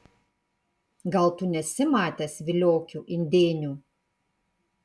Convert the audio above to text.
gal tu nesi matęs viliokių indėnių